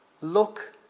look